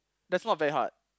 that's not very hard